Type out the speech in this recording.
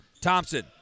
Thompson